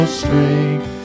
strength